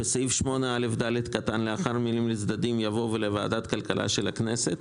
בסעיף 8א(ד) לאחר המילים לצדדים יבוא: ולוועדת הכלכלה של הכנסת.